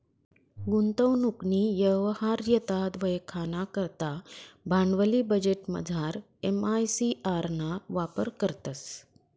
गुंतवणूकनी यवहार्यता वयखाना करता भांडवली बजेटमझार एम.आय.सी.आर ना वापर करतंस